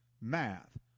math